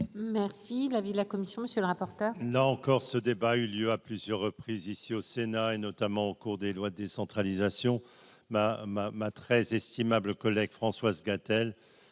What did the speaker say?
Merci la vie de la commission, monsieur le rapporteur. Là encore, ce débat a eu lieu à plusieurs reprises ici au Sénat, et notamment au cours des lois de décentralisation ma ma ma très estimables collègues Françoise Gatel